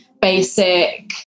basic